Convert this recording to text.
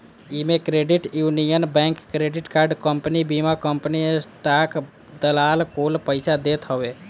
इमे credit union bank, credit card company, बीमा company, stock दलाल कुल पइसा देत हवे